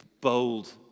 bold